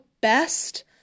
best